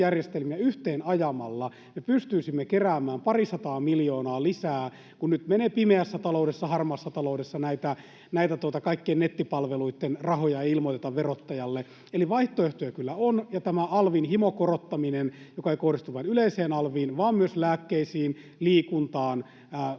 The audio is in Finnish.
tietojärjestelmiä yhteen ajamalla me pystyisimme keräämään parisataa miljoonaa lisää, kun nyt menee pimeässä taloudessa, harmaassa taloudessa näitä, kun kaikkien nettipalveluitten rahoja ei ilmoiteta verottajalle. Eli vaihtoehtoja kyllä on. Tämä alvin himokorottaminen, joka ei kohdistu vain yleiseen alviin vaan myös lääkkeisiin, liikuntaan,